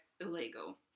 illegal